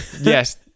Yes